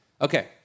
Okay